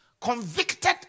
convicted